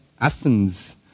Athens